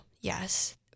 yes